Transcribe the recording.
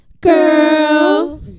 girl